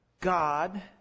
god